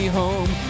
home